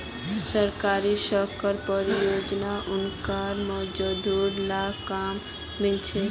सरकारी सड़क परियोजनात गांउर मजदूर लाक काम मिलील छ